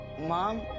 Mom